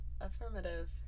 Affirmative